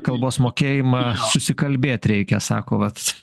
kalbos mokėjimą susikalbėt reikia sako vat